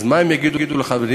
אז מה הם יגידו לחברים?